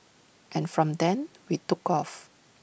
and from then we took off